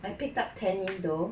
I picked up tennis though